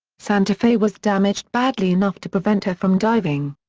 santa fe was damaged badly enough to prevent her from diving.